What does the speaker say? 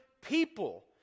people